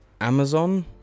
Amazon